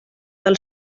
del